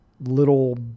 little